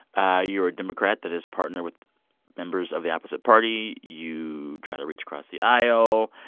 ah you are a democrat that has partnered with members of the opposite party. you try to reach across the aisle.